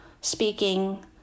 speaking